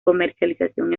comercialización